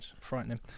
frightening